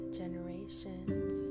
generations